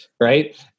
right